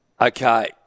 Okay